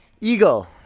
eagle